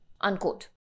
Unquote